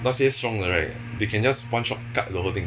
那些 strong 的 right they can just one shot cut the whole thing